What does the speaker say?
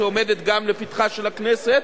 שעומדת גם לפתחה של הכנסת,